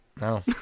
no